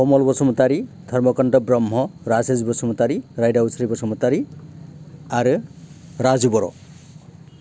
कमल बसुमतारी धर्म कन्त' ब्रह्म राजेस बसुमतारी रायदावस्रि बसुमतारी आरो राजु बर'